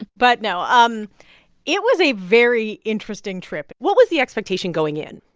but no, um it was a very interesting trip what was the expectation going in?